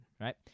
right